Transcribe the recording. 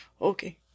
okay